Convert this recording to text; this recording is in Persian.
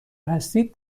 هستید